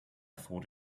thought